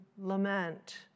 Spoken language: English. lament